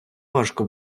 важко